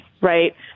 right